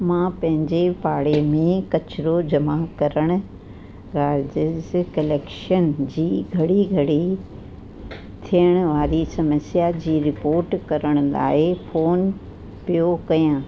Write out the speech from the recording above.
मां पंहिंजे पाड़े में किचरो जमा करण राजेश कलैक्शन जी घड़ी घड़ी थेअण वारी समस्या जी रिपोट करण लाए फोन पियो कयां